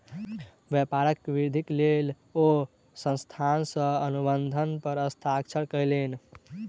व्यापारक वृद्धिक लेल ओ संस्थान सॅ अनुबंध पर हस्ताक्षर कयलैन